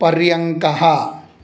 पर्यङ्कः